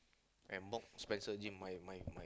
and mop Spencer gym my my my